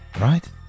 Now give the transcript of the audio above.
right